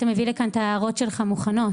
היית מביא לכאן את ההערות שלך מוכנות,